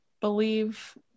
believe